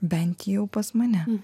bent jau pas mane